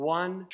one